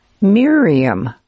Miriam